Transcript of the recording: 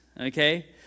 Okay